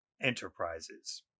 Enterprises